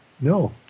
No